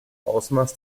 ausmaß